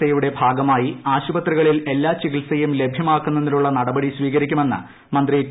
ഐയുടെ ഭാഗമായി ആശുപത്രികളിൽ എല്ലാ ചികിത്സയും ലഭ്യമാക്കുന്നതിനുള്ള നടപടി സ്വീകരിക്കുമെന്ന് മന്ത്രി ടി